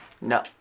No